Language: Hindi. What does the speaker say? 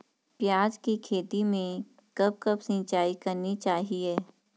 प्याज़ की खेती में कब कब सिंचाई करनी चाहिये?